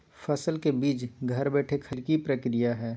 फसल के बीज घर बैठे खरीदे खातिर की प्रक्रिया हय?